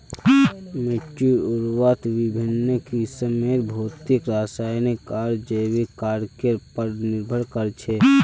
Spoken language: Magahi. मिट्टीर उर्वरता विभिन्न किस्मेर भौतिक रासायनिक आर जैविक कारकेर पर निर्भर कर छे